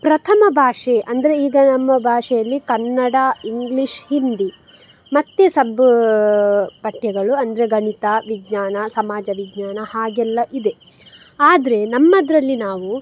ಪ್ರಥಮ ಭಾಷೆ ಅಂದರೆ ಈಗ ನಮ್ಮ ಭಾಷೆಯಲ್ಲಿ ಕನ್ನಡ ಇಂಗ್ಲಿಷ್ ಹಿಂದಿ ಮತ್ತು ಸಬ್ ಪಠ್ಯಗಳು ಅಂದರೆ ಗಣಿತ ವಿಜ್ಞಾನ ಸಮಾಜ ವಿಜ್ಞಾನ ಹಾಗೆಲ್ಲ ಇದೆ ಆದರೆ ನಮ್ಮದರಲ್ಲಿ ನಾವು